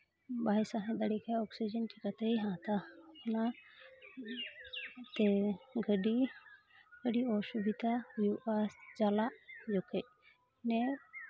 ᱵᱟᱭ ᱥᱟᱸᱦᱮᱫ ᱫᱟᱲᱮᱭᱟᱜ ᱠᱷᱟᱡ ᱚᱠᱥᱤᱡᱮᱱ ᱪᱤᱠᱟᱹᱛᱮᱭ ᱦᱟᱛᱟᱣᱟ ᱚᱱᱟᱛᱮ ᱜᱟᱹᱰᱤ ᱟᱹᱰᱤ ᱚᱥᱩᱵᱤᱫᱷᱟ ᱦᱩᱭᱩᱜᱼᱟ ᱪᱟᱞᱟᱜ ᱡᱚᱠᱷᱮᱡ ᱱᱮ